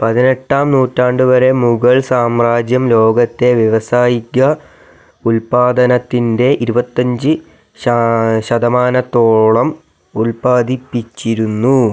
പതിനെട്ടാം നൂറ്റാണ്ട് വരെ മുഗൾ സാമ്രാജ്യം ലോകത്തിലെ വ്യവസായിക ഉൽപ്പാദനത്തിന്റെ ഇരുപത്തഞ്ച് ശതമാനത്തോളം ഉൽപ്പാദിപ്പിച്ചിരുന്നു